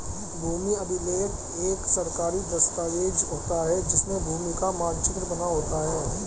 भूमि अभिलेख एक सरकारी दस्तावेज होता है जिसमें भूमि का मानचित्र बना होता है